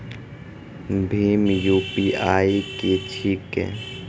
भीम UPI की छीके?